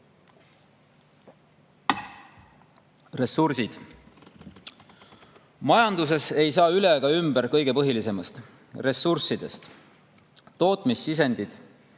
Ressursid. Majanduses ei saa üle ega ümber kõige põhilisemast – ressurssidest. Tootmissisendid,